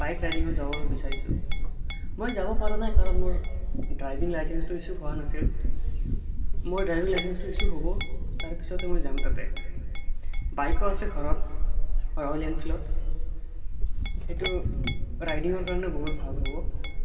bike ৰাইডিঙত যাব বিচাৰিছোঁ মই যাব পৰা নাই কাৰণ মোৰ ড্ৰাইভিং লাইচেন্সটো ইছ্যু হোৱা নাছিল মোৰ ড্ৰাইভিং লাইচেন্সটো ইছ্যু হ'ব তাৰপিছতে মই যাম তাতে বাইকো আছে ঘৰত ৰয়েল এনফিল্ডৰ সেইটো ৰাইডিঙৰ কাৰণে বহুত ভাল হ'ব